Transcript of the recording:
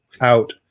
out